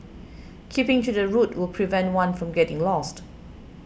keeping to the route will prevent one from getting lost